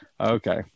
Okay